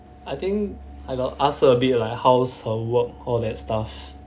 I think I got ask her a bit like how's her work all that stuff